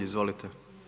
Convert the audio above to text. Izvolite.